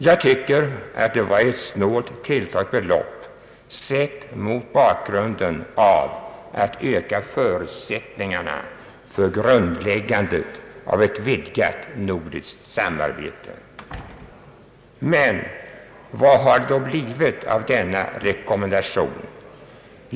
Jag tycker att det var ett snålt tilltaget belopp sett mot bakgrunden av att man skulle försöka öka förutsättningarna för grundläggande av ett vidgat nordiskt samarbete. Men vad har det blivit av denna rekommendation?